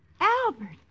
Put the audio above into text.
Albert